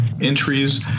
entries